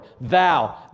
thou